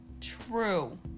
True